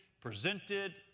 presented